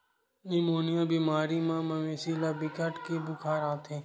pneumonia बेमारी म मवेशी ल बिकट के बुखार आथे